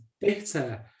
bitter